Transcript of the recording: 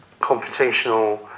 computational